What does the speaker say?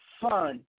fun